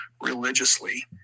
religiously